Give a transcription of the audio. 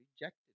rejected